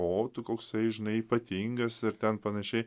o tu koksai žinai ypatingas ir ten panašiai